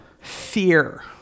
fear